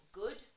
good